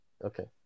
Okay